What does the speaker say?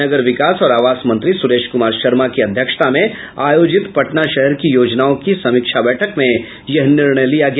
नगर विकास और आवास मंत्री सुरेश कुमार शर्मा की अध्यक्षता में आयोजित पटना शहर की योजनाओं की समीक्षा बैठक में यह निर्णय लिया गया